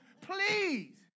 please